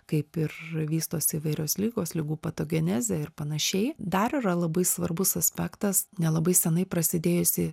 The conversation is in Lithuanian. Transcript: kaip ir vystosi įvairios ligos ligų patogenezę ir panašiai dar yra labai svarbus aspektas nelabai senai prasidėjusi